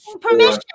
permission